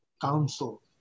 Council